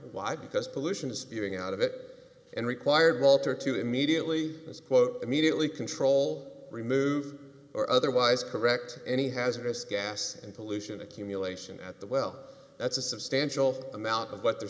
why because pollution is spewing out of it and required baltar to immediately misquote immediately control remove or otherwise correct any hazardous gas and pollution accumulation at the well that's a substantial amount of what they're